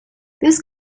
this